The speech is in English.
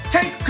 Take